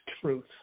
truth